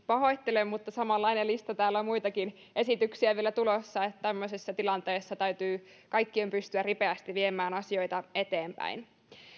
pahoittelen mutta samanlainen lista täällä on muitakin esityksiä vielä tulossa tämmöisessä tilanteessa täytyy kaikkien pystyä ripeästi viemään asioita eteenpäin